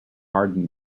harden